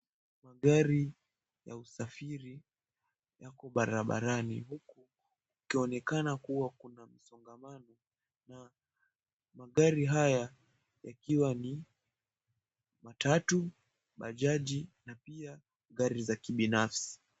Magari ya usafiri yako barabarani huku kukionekana kuwa kuna msongamano na magari haya yakiwa ni matatu, bajaji na pia gari za kibinafsi.